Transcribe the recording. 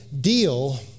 deal